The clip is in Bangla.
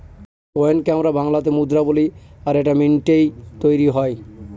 কয়েনকে আমরা বাংলাতে মুদ্রা বলি আর এটা মিন্টৈ তৈরী হয়